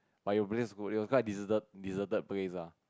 but it place it was quite deserted deserted place lah